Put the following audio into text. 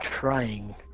trying